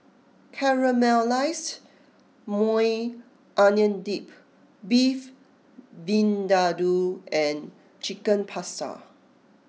Caramelized Maui Onion Dip Beef Vindaloo and Chicken Pasta